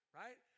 right